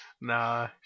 Nah